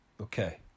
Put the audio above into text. Okay